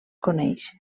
coneix